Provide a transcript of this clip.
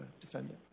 defendant